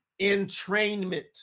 entrainment